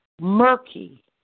murky